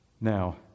Now